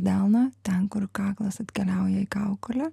delną ten kur kaklas atkeliauja į kaukolę